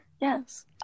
Yes